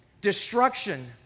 destruction